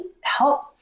help